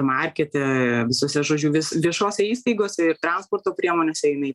markete visose žodžiu vis viešose įstaigose ir transporto priemonėse jinai